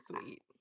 sweet